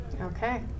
Okay